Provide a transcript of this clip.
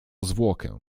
zwłokę